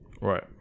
Right